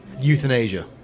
euthanasia